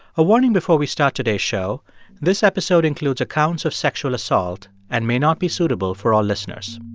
a warning before we start today's show this episode includes accounts of sexual assault and may not be suitable for all listeners.